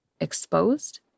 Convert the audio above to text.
exposed